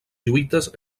lluites